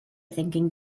thinking